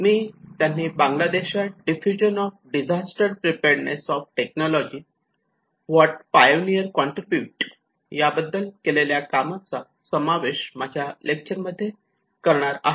मी त्यांनी बांगलादेशात diffusion of disaster preparedness of technology what pioneer contribute याबद्दल केलेल्या कामाचा समावेश माझ्या लेक्चर मध्ये करणार आहे